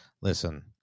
Listen